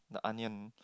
the onion